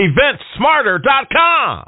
Eventsmarter.com